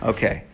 Okay